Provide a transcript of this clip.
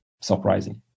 surprising